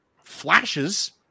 flashes